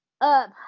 up